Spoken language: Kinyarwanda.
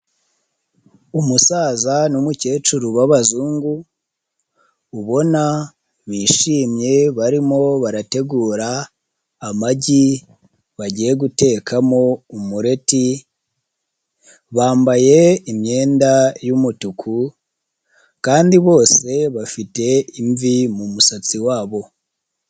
Umusaza n'umukecuru b'abazungu ubona bishimye barimo barategura amagi bagiye gutekamo umuleti, bambaye imyenda y'umutuku kandi bose bafite imvi mu musatsi wabo.